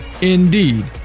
Indeed